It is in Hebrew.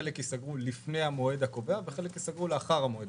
חלק ייסגרו לפני המועד הקובע וחלק ייסגרו לאחר המועד הקובע.